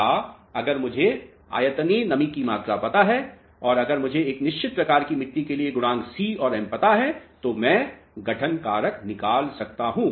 या अगर मुझे आयतनीय नमी की मात्रा पता है और अगर मुझे एक निश्चित प्रकार की मिट्टी के लिए गुणांक c और m पता हैं तो मैं गठन कारक निकाल सकता हूं